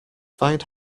find